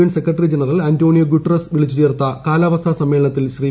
N secretary general Antonio Guterres വിളിച്ചു ചേർത്ത കാലാവസ്ഥാ സമ്മേളനത്തിൽ ശ്രീ